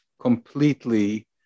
completely